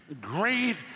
great